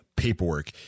Paperwork